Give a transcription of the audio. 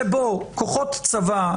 שבו כוחות צבא,